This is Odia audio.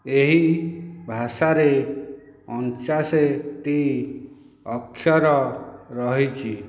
ଏହି ଭାଷାରେ ଅଣଚାଶଟି ଅକ୍ଷର ରହିଛି